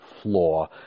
flaw